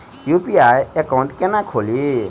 UPI account केना खोलि?